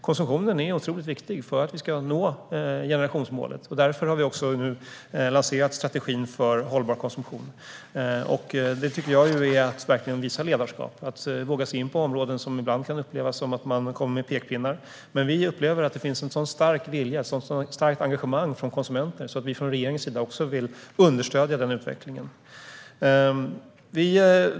Konsumtionen är otroligt viktig för att vi ska nå generationsmålet, och därför har vi också lanserat strategin för hållbar konsumtion. Det tycker jag är att verkligen visa ledarskap - att ge sig in på områden där det ibland kan upplevas som om man kommer med pekpinnar. Men vi upplever att det finns en så stark vilja och ett så starkt engagemang från konsumenter att vi från regeringens sida vill understödja den utvecklingen.